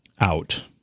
out